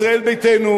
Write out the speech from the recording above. האלה?